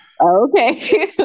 Okay